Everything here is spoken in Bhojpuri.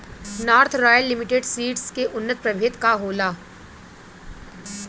नार्थ रॉयल लिमिटेड सीड्स के उन्नत प्रभेद का होला?